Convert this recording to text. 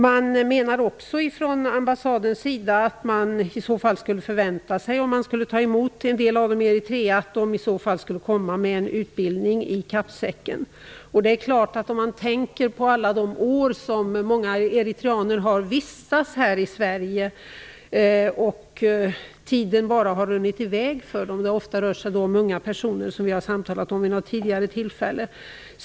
Man menar också från ambassadens sida, att om Eritrea skulle ta emot en del av dessa personer skulle man i så fall förvänta sig att de kommer med en utbildning i kappsäcken. Man tänker på alla de år som dessa eritreaner har vistats här i Sverige. Tiden har bara runnit i väg för dem. Det har oftast rört sig om unga personer, vilket vi har samtalat om vid något tidigare tillfälle.